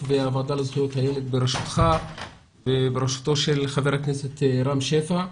והוועדה לזכויות הילד בראשותך ובראשותו של חבר הכנסת רם שפע.